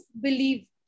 believe